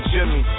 Jimmy